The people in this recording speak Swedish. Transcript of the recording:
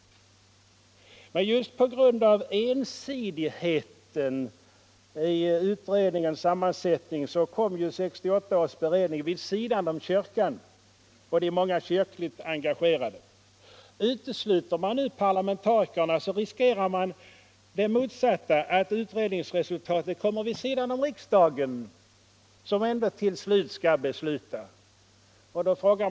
På grund av ensidigheten i utredningens sammansättning kom 1968 års beredning vid sidan om kyrkan och de många kyrkligt engagerade. Utesluter man nu parlamentarikerna, riskerar man det motsatta, nämligen att utredningens resultat kommer vid sidan om riksdagen, som ändå till sist skall besluta.